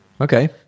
Okay